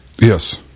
yes